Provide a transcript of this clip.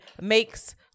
makes